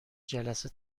جلسه